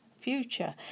future